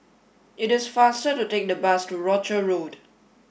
it is faster to take the bus to Rochor Road